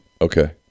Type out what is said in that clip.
Okay